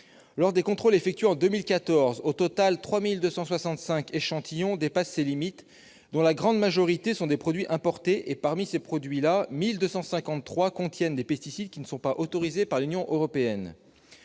Lors des contrôles effectués en 2014, un total de 3 265 échantillons a dépassé ces limites, dont la grande majorité était des produits importés. Parmi ceux-ci, 1 253 contenaient des pesticides non autorisés par l'Union européenne.